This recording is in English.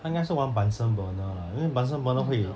他应该是玩 bunsen burner lah 因为 bunsen burner 会